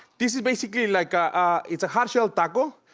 this is basically, like ah ah it's a hard shell taco,